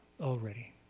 Already